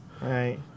right